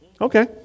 Okay